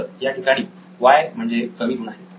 तर याठिकाणी वाय म्हणजे कमी गुण आहेत